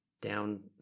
down